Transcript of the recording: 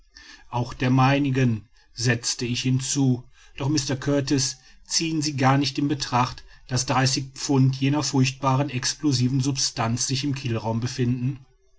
auch der meinigen setzte ich hinzu doch mr kurtis ziehen sie gar nicht in betracht daß dreißig pfund jener furchtbaren explosiven substanz sich im kielraum befinden